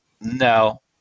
No